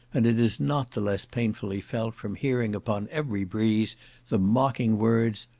and it is not the less painfully felt from hearing upon every breeze the mocking words,